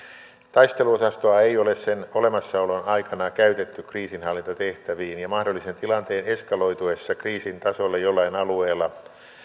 taisteluosastoa ei ole sen olemassaolon aikana käytetty kriisinhallintatehtäviin ja mahdollisen tilanteen eskaloituessa kriisin tasolle jollain alueella